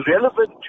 relevant